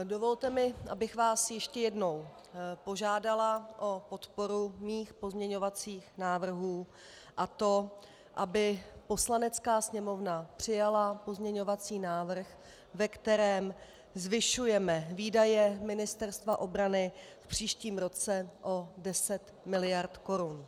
Dovolte mi, abych vás ještě jednou požádala o podporu svých pozměňovacích návrhů, a to aby Poslanecká sněmovna přijala pozměňovací návrh, ve kterém zvyšujeme výdaje Ministerstva obrany v příštím roce o 10 miliard korun.